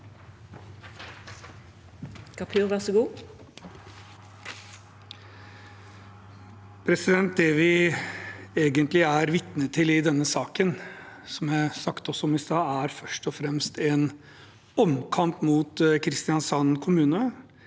Det vi egentlig er vitne til i denne saken, som jeg også snakket om i sted, er først og fremst en omkamp mot Kristiansand kommune,